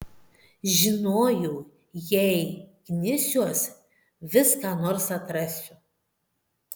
žinojau jei knisiuos vis ką nors atrasiu